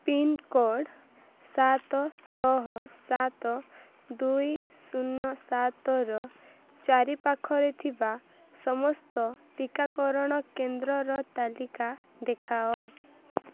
pincode ସାତ ଛଅ ସାତ ଦୁଇ ଶୂନ ସାତର ଚାରିପାଖରେ ଥିବା ସମସ୍ତ ଟିକାକରଣ କେନ୍ଦ୍ରର ତାଲିକା ଦେଖାଅ